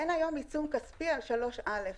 אין היום עיצום כספי על 3(א),